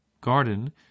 garden